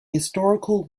historical